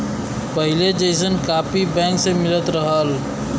पहिले जइसन copy bank से मिलत रहल